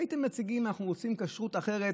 הייתם מציגים: אנחנו רוצים כשרות אחרת,